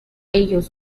ellos